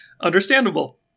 understandable